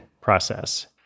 process